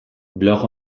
blog